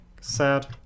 Sad